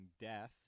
Death